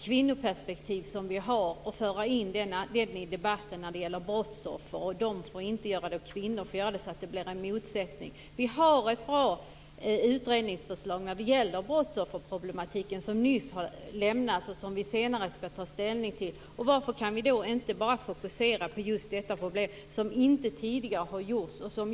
kvinnoperspektiv som vi har. Vi får inte skapa en motsättning i debatten mellan vad kvinnor får göra och vad andra får göra. Vi har ett bra utredningsförslag när det gäller brottsofferproblemen. Det har nyss avlämnats, och vi skall senare ta ställning till det. Varför kan vi då inte bara fokusera på just det här problemet? Det har inte gjorts tidigare.